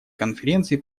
конференции